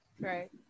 right